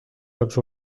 jocs